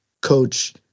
coach